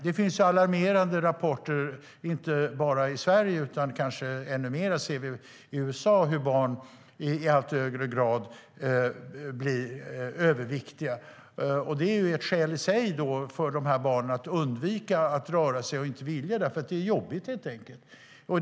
Det finns alarmerande rapporter inte bara i Sverige utan ännu mer i USA om hur barn i allt högre grad blir överviktiga. Det i sig är ett skäl för dessa barn att undvika och inte vilja röra sig. Det är helt enkelt jobbigt.